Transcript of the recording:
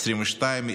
העשרים-ושתיים,